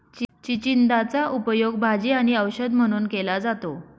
चिचिंदाचा उपयोग भाजी आणि औषध म्हणून केला जातो